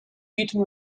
eaten